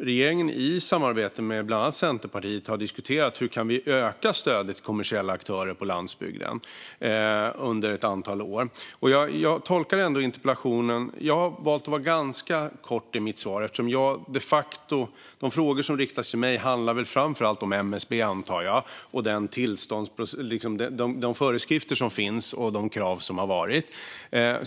regeringen i samarbete med bland annat Centerpartiet under ett antal år har diskuterat hur vi kan öka stödet till kommersiella aktörer på landsbygden. Jag har valt att vara ganska kort i mitt svar eftersom jag tolkar interpellationen som att de frågor som riktas till mig framför allt handlar om MSB, om tillståndsprocessen och om de föreskrifter och krav som finns.